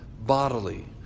bodily